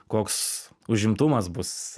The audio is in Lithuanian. koks užimtumas bus